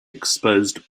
exposed